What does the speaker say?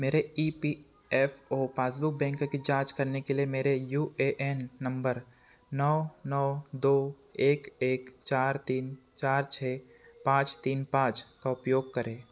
मेरे E P F O passbook bank की जाँच करने के लिए मेरे यू ए एन नम्बर नौ नौ दो एक एक चार तीन चार छः पाँच तीन पाँच का उपयोग करें